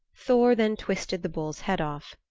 thor then twisted the bull's head off.